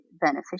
beneficial